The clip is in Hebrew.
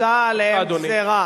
הושתה עליהם גזירה.